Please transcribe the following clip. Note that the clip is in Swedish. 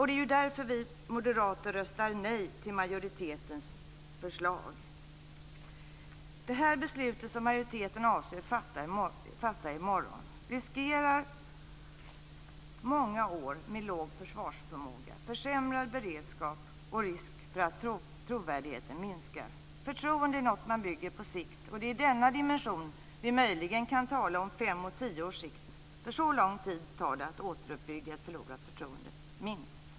Det är därför vi moderater röstar nej till majoritetens förslag. Det beslut som majoriteten avser att fatta i morgon gör att vi riskerar många år med låg försvarsförmåga, försämrad beredskap och risk för att trovärdigheten minskar. Förtroende är något man bygger på sikt, och det är i den dimensionen vi möjligen kan tala om fem och tio års sikt, för så lång tid tar det - minst - att återuppbygga ett förlorat förtroende.